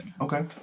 Okay